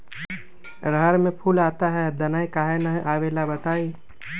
रहर मे फूल आता हैं दने काहे न आबेले बताई?